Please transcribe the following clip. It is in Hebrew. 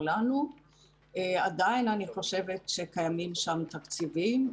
עדיין אני חושבת שקיימים שם תקציבים.